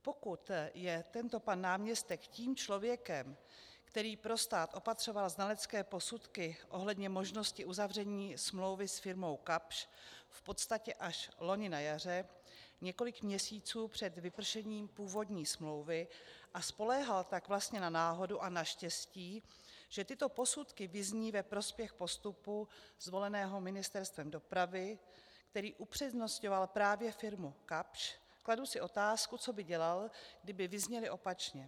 Pokud je tento pan náměstek tím člověkem, který pro stát opatřoval znalecké posudky ohledně možnosti uzavření smlouvy s firmou Kapsch v podstatě až loni na jaře několik měsíců před vypršením původní smlouvy a spoléhal tak vlastně na náhodu a na štěstí, že tyto posudky vyzní ve prospěch postupu zvoleného Ministerstvem dopravy, který upřednostňoval právě firmu Kapsch, kladu si otázku, co by dělal, kdyby vyzněly opačně.